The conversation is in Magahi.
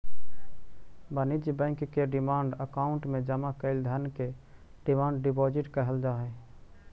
वाणिज्य बैंक के डिमांड अकाउंट में जमा कैल धन के डिमांड डिपॉजिट कहल जा हई